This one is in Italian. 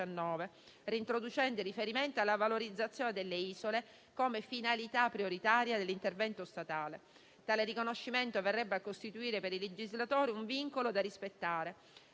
reintroducendo il riferimento alla valorizzazione delle isole come finalità prioritaria dell'intervento statale. Tale riconoscimento verrebbe a costituire per i legislatori un vincolo da rispettare.